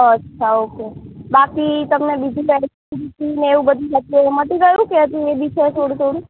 અચ્છા ઓકે બાકી તમને બીજું કઈ બી પી ને એવું થતું એ મટી ગયું કે હજી એ બી છે થોડું ઘણું